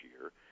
year